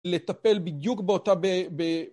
לטפל בדיוק באותה ב...